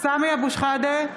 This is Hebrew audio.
סמי אבו שחאדה,